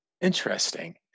interesting